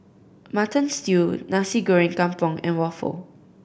Mutton Stew Nasi Goreng Kampung and waffle